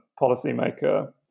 policymaker